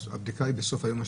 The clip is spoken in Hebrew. הבדיקה היא בסוף היום השלישי,